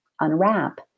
unwrap